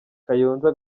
kayonza